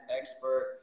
expert